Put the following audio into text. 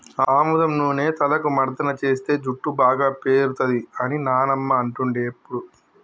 ఆముదం నూనె తలకు మర్దన చేస్తే జుట్టు బాగా పేరుతది అని నానమ్మ అంటుండే ఎప్పుడు